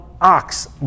ox